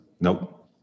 Nope